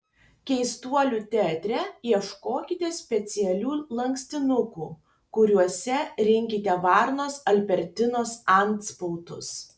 keistuolių teatre ieškokite specialių lankstinukų kuriuose rinkite varnos albertinos antspaudus